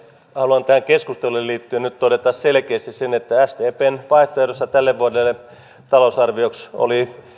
haluan tähän keskusteluun liittyen nyt todeta selkeästi sen että sdpn vaihtoehdossa talousarvioksi tälle vuodelle oli